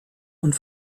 und